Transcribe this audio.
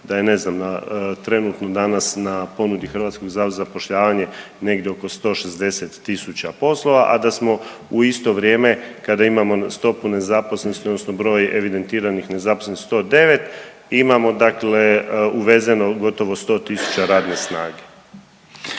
znam, trenutno danas na ponudi Hrvatskog zavoda za zapošljavanje negdje oko 160 000 poslova, a da smo u isto vrijeme kada imamo stopu nezaposlenosti, odnosno broj evidentiranih nezaposlenih 109 imamo dakle uvezeno gotovo 100000 radne snage.